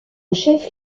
chef